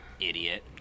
Idiot